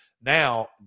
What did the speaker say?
now